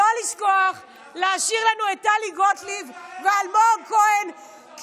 לא לשכוח להשאיר לנו את טלי גוטליב ואלמוג כהן,